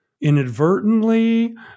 inadvertently